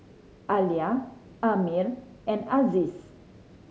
Alya Ammir and Aziz